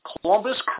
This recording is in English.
Columbus